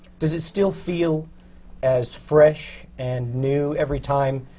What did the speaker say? does it still feel as fresh and new every time?